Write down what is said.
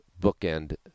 bookend